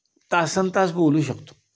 तासन तास बोलू शकतो